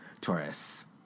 Taurus